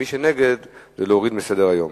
מי שנגד, זה להוריד מסדר-היום.